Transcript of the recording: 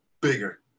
bigger